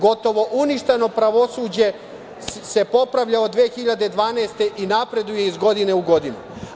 Gotovo uništeno pravosuđe se popravlja od 2012. godine i napreduje iz godine u godinu.